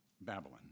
Babylon